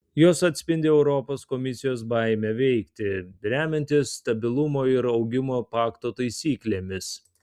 jos atspindi europos komisijos baimę veikti remiantis stabilumo ir augimo pakto taisyklėmis